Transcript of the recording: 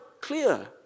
clear